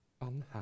unhappy